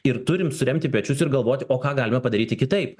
ir turim suremti pečius ir galvoti o ką galime padaryti kitaip